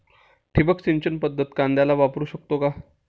ठिबक सिंचन पद्धत कांद्याला वापरू शकते का?